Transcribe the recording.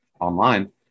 online